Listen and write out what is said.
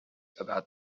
about